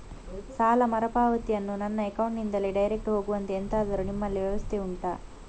ಸಾಲ ಮರುಪಾವತಿಯನ್ನು ನಮ್ಮ ಅಕೌಂಟ್ ನಿಂದಲೇ ಡೈರೆಕ್ಟ್ ಹೋಗುವಂತೆ ಎಂತಾದರು ನಿಮ್ಮಲ್ಲಿ ವ್ಯವಸ್ಥೆ ಉಂಟಾ